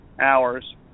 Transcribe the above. hours